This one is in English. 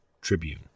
tribune